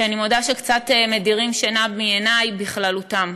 שאני מודה שקצת מדירים שינה מעיני בכללותם.